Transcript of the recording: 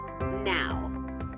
now